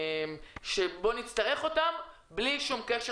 שבו נצטרך אותם, בלי שום קשר.